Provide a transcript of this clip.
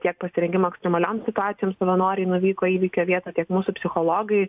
tiek pasirengimo ekstremaliom situacijoms savanoriai nuvyko į įvykio vietą tiek mūsų psichologai